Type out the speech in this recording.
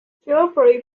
geoffrey